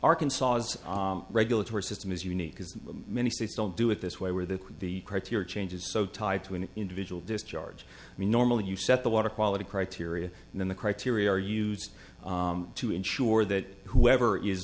arkansas regulatory system is unique because many states don't do it this way where the the criteria change is so tied to an individual discharge i mean normally you set the water quality criteria and then the criteria are used to insure that whoever is